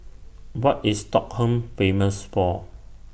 What IS Stockholm Famous For